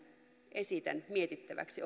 esitän mietittäväksi